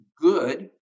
good